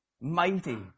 mighty